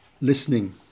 listening